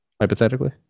Hypothetically